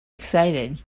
excited